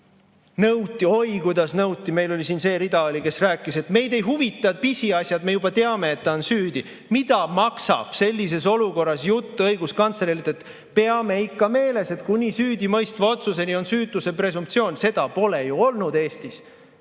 Nõuti, oi kuidas nõuti! Meil oli siin see rida, kes rääkis: meid ei huvita pisiasjad, me juba teame, et ta on süüdi. Mida maksab sellises olukorras õiguskantsleri jutt "Peame ikka meeles, et kuni süüdimõistva otsuseni on süütuse presumptsioon"? Seda pole ju olnud Eestis.